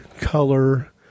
color